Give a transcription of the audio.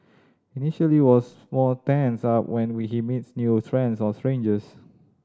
initially was more tensed up when we he meets new friends or strangers